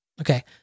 Okay